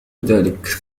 ذلك